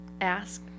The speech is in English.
ask